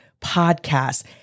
podcast